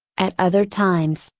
at other times,